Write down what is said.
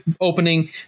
opening